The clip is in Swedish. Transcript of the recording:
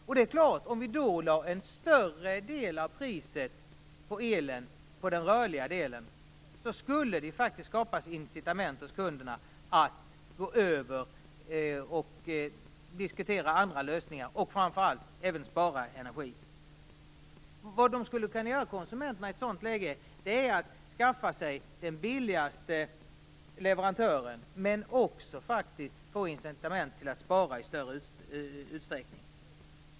Om vi då skulle göra så att en större del av elpriset utgjordes av den rörliga avgiften skulle faktiskt incitament skapas för kunderna att diskutera andra lösningar. Framför allt skulle energi sparas. I ett sådant läge skulle konsumenterna kunna skaffa sig den billigaste leverantören. Det skulle också handla om incitament till att spara i större utsträckning.